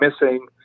missing